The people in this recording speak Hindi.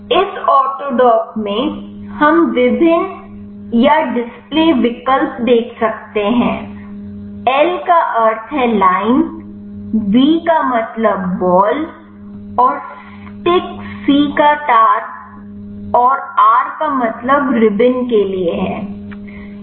इस ऑटोडॉक में हम विभिन्न या डिस्प्ले विकल्प देख सकते हैं L का अर्थ है लाइन B का मतलब बॉल और स्टिक C का तार और R का मतलब रिबन के लिए है